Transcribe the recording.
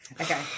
Okay